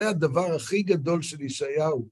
זה הדבר הכי גדול של ישעיהו.